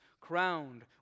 crowned